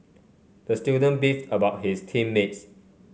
the student beefed about his team mates